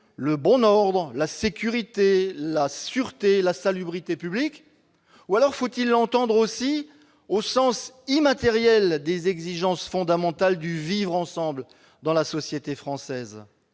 le bon ordre, la sécurité, la sûreté, la salubrité publique ? Ou faut-il l'entendre aussi au sens immatériel des exigences fondamentales du « vivre ensemble » dans la société française ?